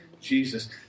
Jesus